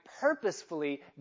purposefully